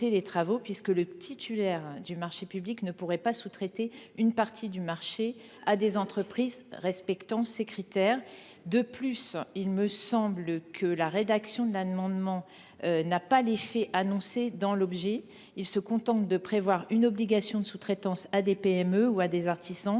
puisque le titulaire du marché public ne pourrait sous traiter une partie du marché à des entreprises respectant ces critères. De plus, en l’état, la rédaction de l’amendement n’a pas l’effet annoncé dans l’objet : il se contente de prévoir une obligation de sous traitance à des PME ou à des artisans